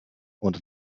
und